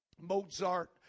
Mozart